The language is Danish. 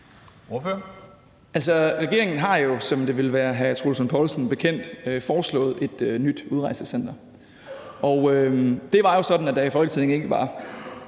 Regeringen har jo, som det vil være hr. Troels Lund Poulsen bekendt, foreslået et nyt udrejsecenter. Det var sådan, at der i Folketinget ikke var